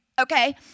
Okay